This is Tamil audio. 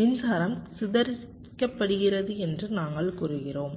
மின்சாரம் சிதறடிக்கப்படுகிறது என்று நாங்கள் கூறுகிறோம்